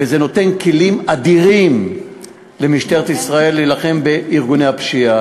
וזה נותן כלים אדירים למשטרת ישראל להילחם בארגוני הפשיעה.